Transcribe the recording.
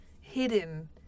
hidden